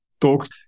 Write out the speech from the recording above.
talks